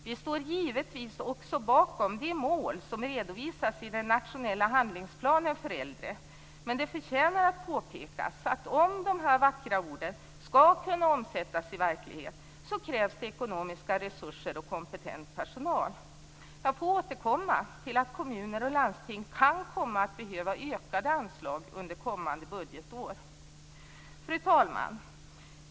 Vi står givetvis också bakom de mål som redovisas i den nationella handlingsplanen för äldre, men det förtjänar att påpekas att om dessa vackra ord skall kunna omsättas i verklighet, så krävs det ekonomiska resurser och kompetent personal. Jag återkommer till att kommuner och landsting kan behöva ökade anslag under nästa budgetår. Fru talman!